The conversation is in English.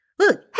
Look